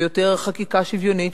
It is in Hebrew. ויותר חקיקה שוויונית,